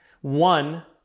One